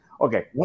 Okay